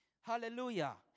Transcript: Hallelujah